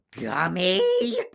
Gummy